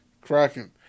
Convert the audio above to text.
cracking